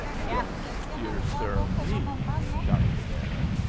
don't dear sir me! shouted the baron.